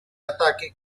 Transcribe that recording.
ataque